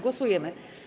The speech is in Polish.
Głosujemy.